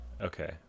Okay